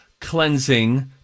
cleansing